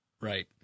Right